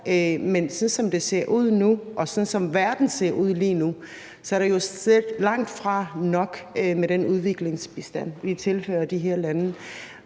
men som det ser ud nu, og som verden ser ud lige nu, er det jo langtfra nok med den udviklingsbistand, vi tilfører de her lande.